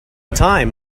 time